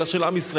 אלא של עם ישראל.